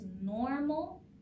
normal